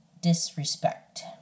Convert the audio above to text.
disrespect